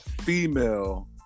female